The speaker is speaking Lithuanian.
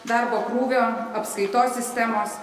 darbo krūvio apskaitos sistemos